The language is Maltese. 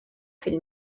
fil